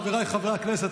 חבריי חברי הכנסת,